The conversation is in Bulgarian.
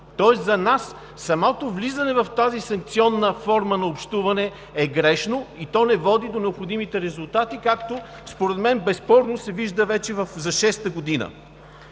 Тоест за нас самото влизане в тази санкционна форма на общуване е грешно и не води до необходимите резултати, както според мен безспорно се вижда вече за шеста година.